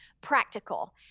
practical